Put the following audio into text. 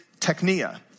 technia